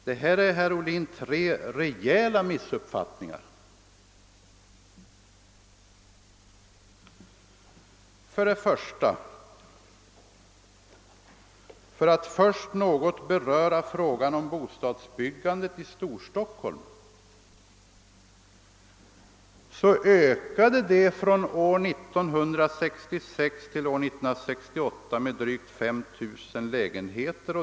Det gäller, herr Ohlin, tre rejäla missuppfattningar. För att först och främst något beröra frågan om bostadsbyggandet i Storstockholm vill jag säga att detta ökade från 1966 till 1968 med drygt 5 000 lägenheter.